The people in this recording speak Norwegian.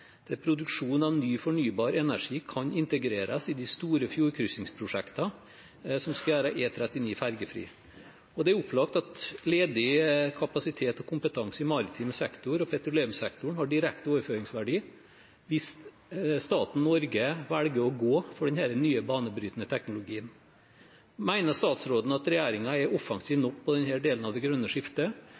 produksjon av ny fornybar energi kan integreres i de store fjordkryssingsprosjektene som skal gjøre E39 fergefri. Det er opplagt at ledig kapasitet og kompetanse i maritim sektor og petroleumssektoren har direkte overføringsverdi hvis staten Norge velger å gå for denne nye banebrytende teknologien. Mener statsråden at regjeringen er offensiv nok på denne delen av det grønne skiftet?